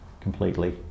completely